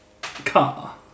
car